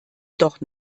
doch